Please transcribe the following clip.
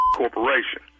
corporation